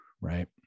right